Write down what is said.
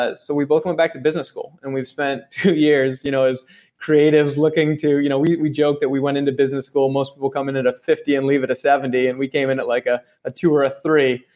so we both went back to business school, and we've spent two years you know as creatives looking to. you know, we we joke that we went into business school, most people come in at a fifty and leave at a seventy, and we came in at like a a two or a three,